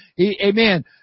Amen